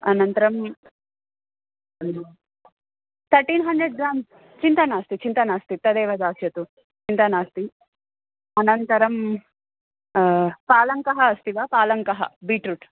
अनन्तरं thirteen hundred gram चिन्ता नास्ति चिन्ता नास्ति तदेव दास्यतु चिन्ता नास्ति अनन्तरं पालङ्कः अस्ति वा पालङ्कः बीट्रूट्